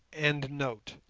endnote